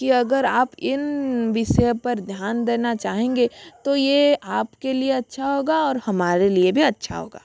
कि अगर आप इन विषय पर ध्यान देना चाहेंगे तो ये आप के लिए अच्छा होगा और हमारे लिए भी अच्छा होगा